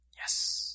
Yes